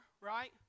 right